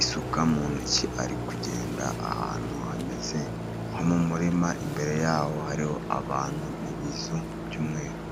isuka mu ntoki ari kugenda ahantu hameze nko mu murima, imbere yaho hariho abantu n'ibizu by'umweru.